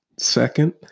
Second